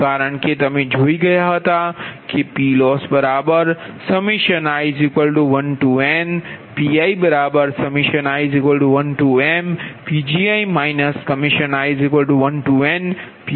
કારણ કે તમે જોઈ ગયા હતા કે PLossi1nPii1mPgi i1nPLi